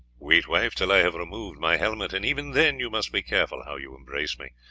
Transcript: wait, wife, till i have removed my helmet, and even then you must be careful how you embrace me,